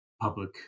public